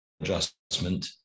adjustment